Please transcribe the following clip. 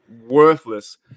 worthless